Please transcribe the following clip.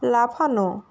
লাফানো